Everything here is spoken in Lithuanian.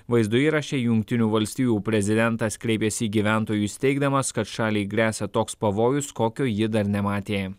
vaizdo įraše jungtinių valstijų prezidentas kreipėsi į gyventojus teigdamas kad šaliai gresia toks pavojus kokio ji dar nematė